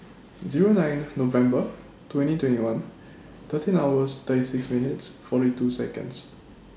Zero nine November twenty twenty one thirteen hours thirty six minutes forty two Seconds